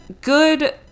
good